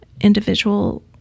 individual